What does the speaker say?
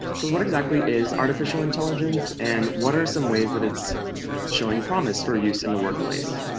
so what exactly is artificial intelligence? and what are some ways that it's showing promise for use in the workplace?